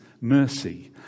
mercy